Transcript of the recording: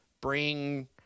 bring